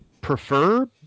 prefer